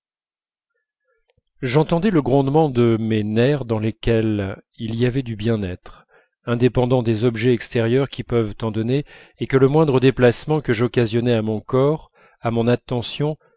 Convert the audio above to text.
j'entendais le grondement de mes nerfs dans lesquels il y avait du bien-être indépendant des objets extérieurs qui peuvent en donner et que le moindre déplacement que j'occasionnais à mon corps à mon attention